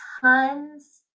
tons